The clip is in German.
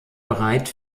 bereit